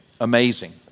Amazing